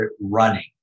running